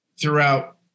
throughout